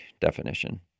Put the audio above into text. definition